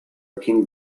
pink